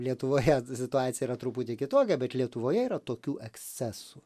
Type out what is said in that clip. lietuvoje situacija yra truputį kitokia bet lietuvoje yra tokių ekscesų